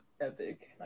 epic